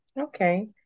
okay